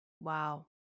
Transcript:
Wow